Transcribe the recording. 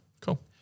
Cool